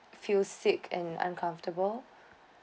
feel sick and uncomfortable